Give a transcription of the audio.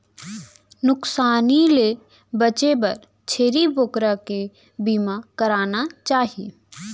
नुकसानी ले बांचे बर छेरी बोकरा के बीमा कराना चाही